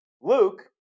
Luke